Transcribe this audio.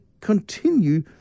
continue